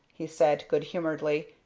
he said, good-humoredly,